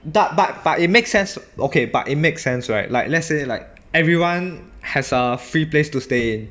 but but but it makes sense okay but it makes sense right like let's say like everyone has a free place to stay